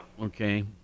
Okay